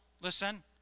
listen